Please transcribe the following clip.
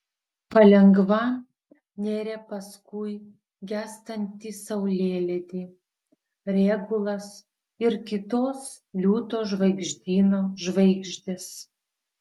palengva nėrė paskui gęstantį saulėlydį regulas ir kitos liūto žvaigždyno žvaigždės